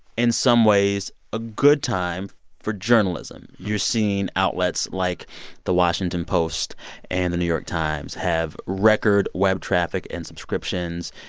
in some ways, a good time for journalism you've seen outlets like the washington post and the new york times have record web traffic and subscriptions.